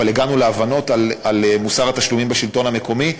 אבל הגענו להבנות על מוסר התשלומים בשלטון המקומי.